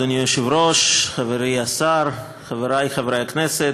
אדוני היושב-ראש, חברי השר, חברי חברי הכנסת,